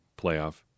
playoff